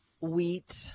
wheat